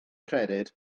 credyd